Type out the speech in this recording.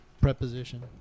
preposition